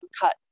cut